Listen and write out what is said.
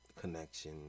connection